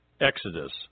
Exodus